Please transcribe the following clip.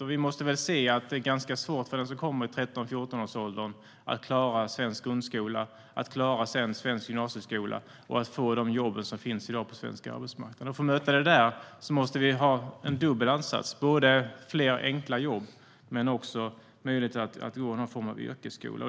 Och vi måste inse att det är ganska svårt för den som kommer i 13-14-årsåldern att klara svensk grundskola, att klara svensk gymnasieskola och att få de jobb som finns i dag på svensk arbetsmarknad. För att möta detta måste vi ha en dubbel ansats, både fler enkla jobb och möjlighet att gå någon form av yrkeshögskola.